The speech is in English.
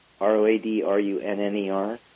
R-O-A-D-R-U-N-N-E-R